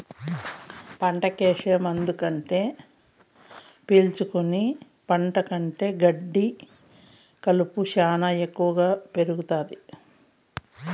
పంటకి ఏసే మందులు పీల్చుకుని పంట కంటే గెడ్డి కలుపు శ్యానా ఎక్కువగా పెరుగుతాది